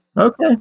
Okay